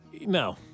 No